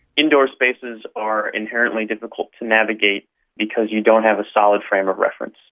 indoor spaces are inherently difficult to navigate because you don't have a solid frame of reference.